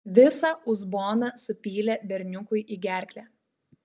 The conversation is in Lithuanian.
visą uzboną supylė berniukui į gerklę